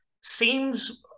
seems